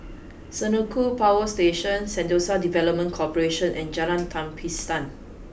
Senoko Power Station Sentosa Development Corporation and Jalan Tapisan